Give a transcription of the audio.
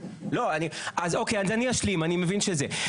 לא, אני, אוקיי, אז אני אשלים, אני מבין שזה.